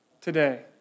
today